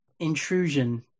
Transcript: intrusion